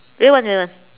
real one real one